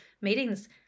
meetings